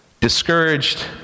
discouraged